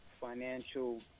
financial